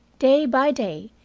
day by day,